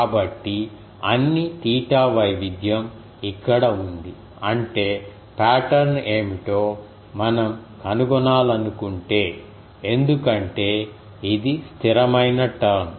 కాబట్టి అన్ని తీటా వైవిధ్యం ఇక్కడ ఉంది అంటే పాటర్న్ ఏమిటో మనం కనుగొనాలనుకుంటే ఎందుకంటే ఇది స్థిరమైన టర్మ్